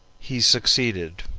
he sukcceeded.